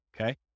Okay